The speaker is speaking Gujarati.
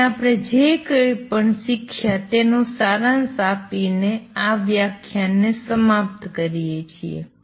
તેથી આપણે જે કંઇ શીખ્યા તેનો સારાંશ આપીને આ વ્યાખ્યાનને સમાપ્ત કરીએ છીએ